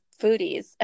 foodies